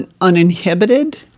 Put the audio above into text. uninhibited